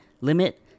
limit